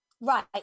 Right